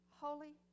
holy